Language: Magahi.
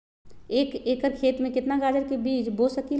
एक एकर खेत में केतना गाजर के बीज बो सकीं ले?